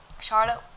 Charlotte